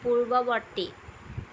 পূৰ্ববৰ্তী